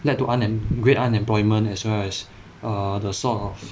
led to unemp~ great unemployment as well as err the sort of